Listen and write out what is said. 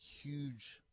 huge